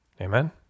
Amen